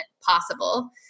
possible